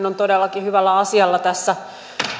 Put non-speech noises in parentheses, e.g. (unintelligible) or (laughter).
(unintelligible) on todellakin hyvällä asialla tässä